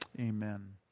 Amen